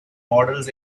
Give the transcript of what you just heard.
models